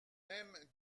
même